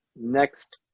next